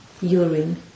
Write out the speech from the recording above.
Urine